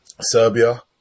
Serbia